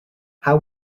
how